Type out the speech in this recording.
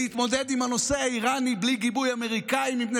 להתמודד עם הנושא האיראני בלי גיבוי אמריקאי מפני